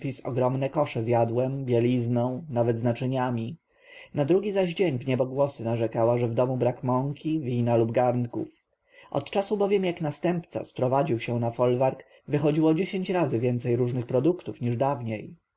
ogromne kosze z jadłem bielizną nawet z naczyniami na drugi zaś dzień w niebogłosy narzekała że w domu brak mąki wina lub garnków od czasu bowiem jak następca sprowadził się na folwark wychodziło dziesięć razy więcej różnych produktów niż dawniej